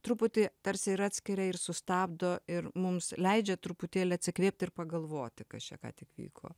truputį tarsi ir atskiria ir sustabdo ir mums leidžia truputėlį atsikvėpti ir pagalvoti kas čia ką tik vyko